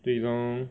对 lor